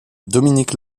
dominique